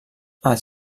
els